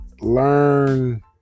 Learn